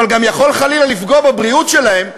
אבל גם יכול, חלילה, לפגוע בבריאות שלהם,